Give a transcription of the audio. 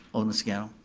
and scannell.